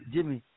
Jimmy